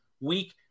weak